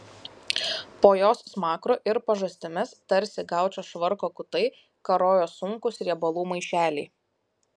po jos smakru ir pažastimis tarsi gaučo švarko kutai karojo sunkūs riebalų maišeliai